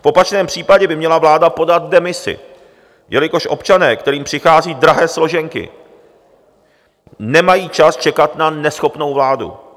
V opačném případě by měla vláda podat demisi, jelikož občané, kterým přicházejí drahé složenky, nemají čas čekat na neschopnou vládu.